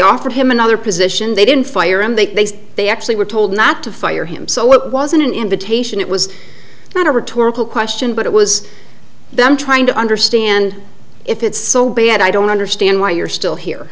offered him another position they didn't fire him they they actually were told not to fire him so it wasn't an invitation it was not a rhetorical question but it was them trying to understand if it's so bad i don't understand why you're still here